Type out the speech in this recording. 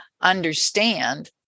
understand